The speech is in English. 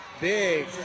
big